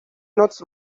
not